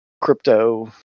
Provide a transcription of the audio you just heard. crypto